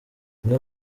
umwe